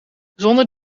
zonder